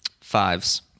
Fives